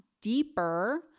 deeper